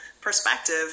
perspective